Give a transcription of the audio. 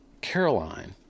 Caroline